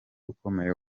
ukomeye